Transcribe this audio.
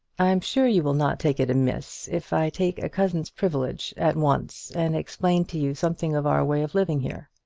i'm sure you will not take it amiss if i take a cousin's privilege at once and explain to you something of our way of living here.